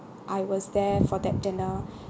I was there for that dinner